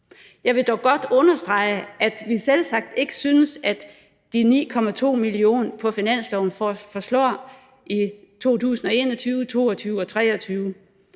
Jeg vil dog godt understrege, at vi selvsagt ikke synes, at de 9,2 mio. kr. på finansloven forslår i 2021, 2022 og 2023.